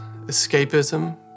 escapism